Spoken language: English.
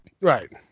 Right